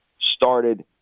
started